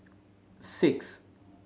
six